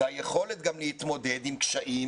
זה היכולת גם להתמודד עם קשיים